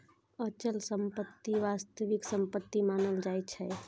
अचल संपत्ति वास्तविक संपत्ति मानल जाइ छै